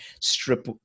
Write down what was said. strip